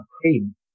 cream